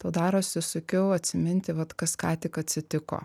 tau darosi sunkiau atsiminti vat kas ką tik atsitiko